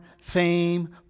fame